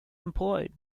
employed